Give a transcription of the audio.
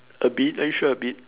a bit are you sure a bit